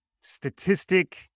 statistic